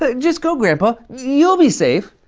ah just go, grandpa. you'll be safe.